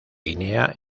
guinea